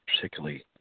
particularly